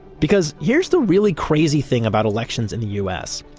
because here's the really crazy thing about elections in the us,